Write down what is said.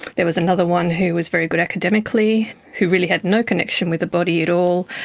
there was another one who was very good academically, who really had no connection with the body at all,